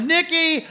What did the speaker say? Nikki